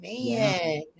Man